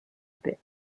paix